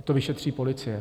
Ať to vyšetří policie.